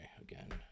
again